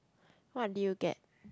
what did you get